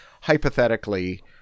hypothetically